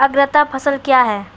अग्रतर फसल क्या हैं?